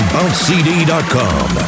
BounceCD.com